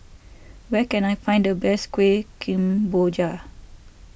where can I find the best Kueh Kemboja